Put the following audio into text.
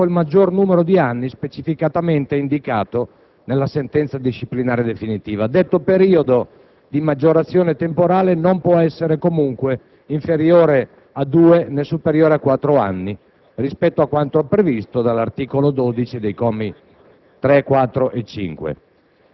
ai medesimi concorsi dopo il maggior numero di anni specificatamente indicato nella sentenza disciplinare definitiva. Detto periodo di maggiorazione temporale non può essere, comunque, inferiore a due né superiore a quattro anni, rispetto a quanto previsto dall'articolo 12, commi